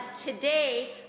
today